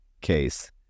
case